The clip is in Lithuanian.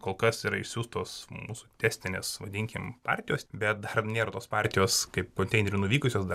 kol kas yra išsiųstos mūsų testinės vadinkim partijos bet dar nėra tos partijos kaip konteinerių nuvykusios dar